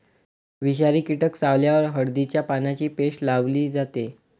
विषारी कीटक चावल्यावर हळदीच्या पानांची पेस्ट लावली जाते